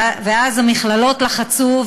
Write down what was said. ואז המכללות לחצו,